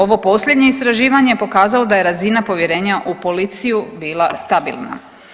Ovo posljednje istraživanje je pokazalo da je razina povjerenja u policiju bila stabilna.